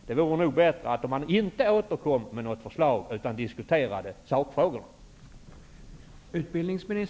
Det vore nog bättre om man inte återkom med något förslag utan diskuterade sakfrågorna.